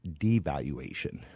devaluation